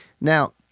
Now